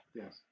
yes